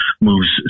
moves